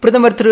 பிரதமர் திரு